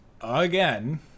again